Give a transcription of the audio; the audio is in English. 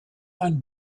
and